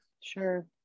Sure